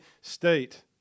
state